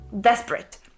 desperate